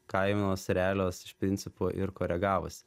kainos realios iš principo ir koregavosi